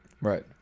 Right